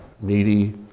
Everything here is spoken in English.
needy